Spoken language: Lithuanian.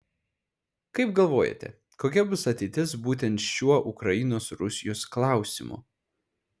kaip galvojate kokia bus ateitis būtent šiuo ukrainos rusijos klausimu